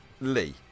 Lee